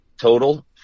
total